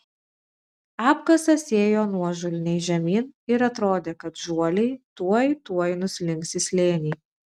apkasas ėjo nuožulniai žemyn ir atrodė kad žuoliai tuoj tuoj nuslinks į slėnį